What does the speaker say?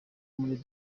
muri